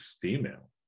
female